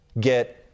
get